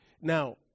Now